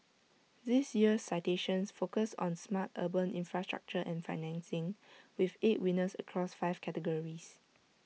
this year's citations focus on smart urban infrastructure and financing with eight winners across five categories